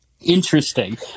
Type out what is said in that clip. Interesting